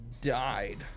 died